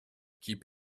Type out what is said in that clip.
keep